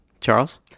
Charles